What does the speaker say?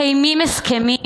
מקיימים הסכמים,